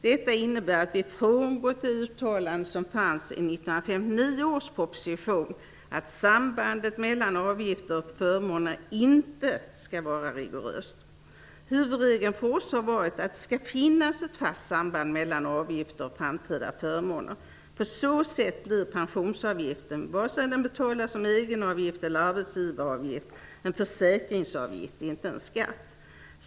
Det innebär att vi har frångått det uttalande som fanns i 1959 års proposition ''att sambandet mellan avgifter och förmåner inte skall vara rigoröst''. Huvudregeln för oss har varit att det skall finnas ett fast samband mellan avgifter och framtida förmåner. På så sätt blir pensionsavgiften, vare sig den betalas som egenavgift eller arbetsgivaravgift, en försäkringsavgift, inte en skatt.